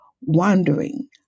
wandering